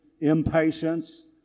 impatience